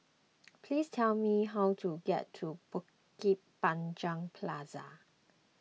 please tell me how to get to Bukit Panjang Plaza